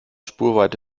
spurweite